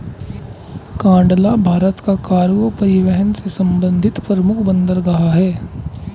कांडला भारत का कार्गो परिवहन से संबंधित प्रमुख बंदरगाह है